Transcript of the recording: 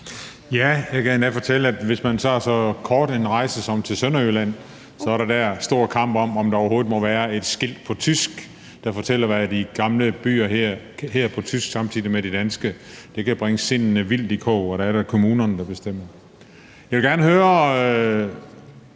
Jeg kan endda fortælle, at hvis man tager så kort en rejse som til Sønderjylland, er der dér stor kamp om, om der overhovedet må være et skilt på tysk, der fortæller, hvad de gamle byer hedder på tysk, ved siden af det danske. Det kan bringe sindene vildt i kog, og dér er det kommunerne der bestemmer. Jeg vil gerne høre